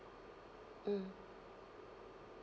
mm